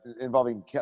involving